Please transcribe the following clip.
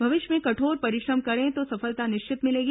भविष्य में कठोर परिश्रम करें तो सफलता निश्चित है